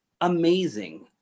amazing